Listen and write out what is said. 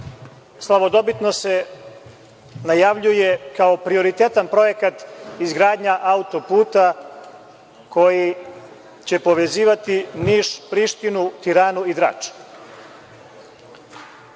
slavodobitno se najavljuje kao prioritetan projekat izgradnja autoputa koji će povezivati Niš, Prištinu, Tiranu i Drač.